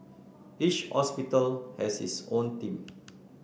each hospital has its own team